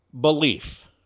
belief